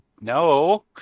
no